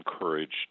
encouraged